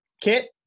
kit